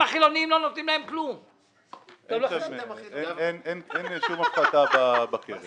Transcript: כרגע, לפי הנוהל, מתוכננת הקמה באופקים אלא אם כן